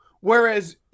whereas